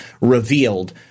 revealed